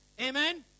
Amen